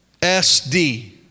sd